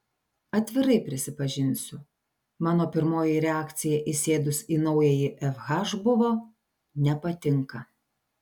atvirai prisipažinsiu mano pirmoji reakcija įsėdus į naująjį fh buvo nepatinka